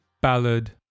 Ballad